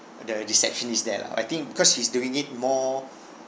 the receptionist there lah I think because she's doing it more